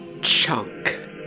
chunk